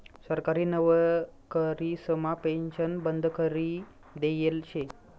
सरकारी नवकरीसमा पेन्शन बंद करी देयेल शे